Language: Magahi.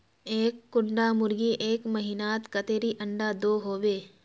एक कुंडा मुर्गी एक महीनात कतेरी अंडा दो होबे?